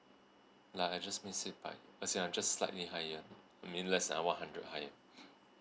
like I just missed it by as in I'm just slightly higher only less than one hundred higher